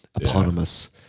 eponymous